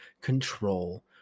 control